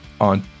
on